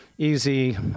easy